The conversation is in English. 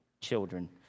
Children